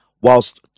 whilst